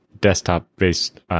desktop-based